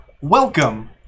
Welcome